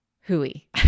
hooey